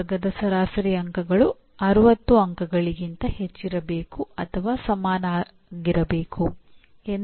program educational objectives ಎಂದರೇನು